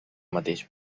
mateix